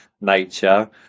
nature